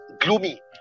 Gloomy